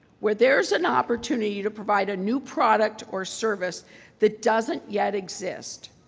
where there's an opportunity to provide a new product or service that doesn't yet exist.